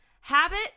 Habit